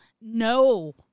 no